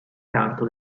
canto